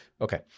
Okay